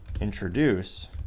introduce